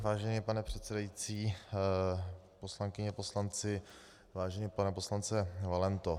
Vážený pane předsedající, poslankyně a poslanci, vážený pane poslanče Valento.